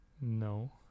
No